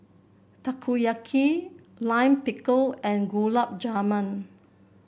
Takoyaki Lime Pickle and Gulab Jamun